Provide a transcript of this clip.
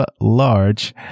large